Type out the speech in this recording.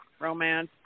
romance